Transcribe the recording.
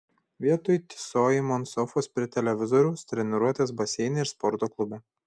vietoj tysojimo ant sofos prie televizoriaus treniruotės baseine ir sporto klube